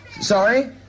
Sorry